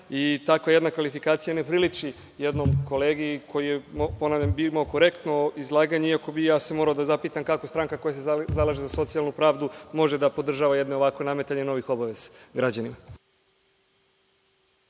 Takva jedna kvalifikacija ne priliči jednom kolegi koji je, ponavljam, imao korektno izlaganje, iako bih ja morao da se zapitam kako stranka koja se zalaže za socijalnu pravdu može da podržava jedno ovakvo nametanje novih obaveza građanima.(Neđo